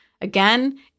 Again